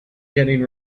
getting